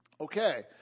Okay